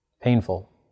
painful